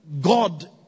God